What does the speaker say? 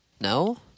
No